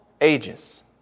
ages